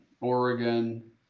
Oregon